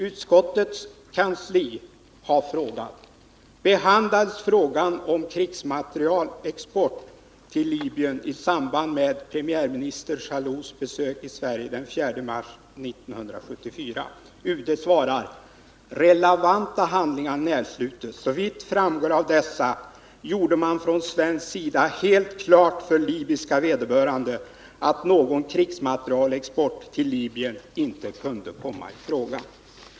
Utskottets kansli har frågat: Behandlades frågan om krigsmaterielexport till Libyen i samband med premiärminister Jallouds besök i Sverige den 4-6 mars 1974? UD svarar: Relevanta handlingar närsluts. Såvitt framgår av dessa gjorde man från svensk sida helt klart för libyska vederbörande att någon krigsmaterielexport till Libyen inte kunde komma i fråga.